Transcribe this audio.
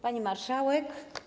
Pani Marszałek!